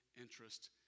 interest